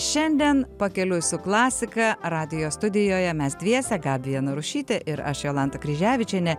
šiandien pakeliui su klasika radijo studijoje mes dviese gabija narušytė ir aš jolanta kryževičienė